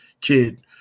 kid